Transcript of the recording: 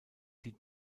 die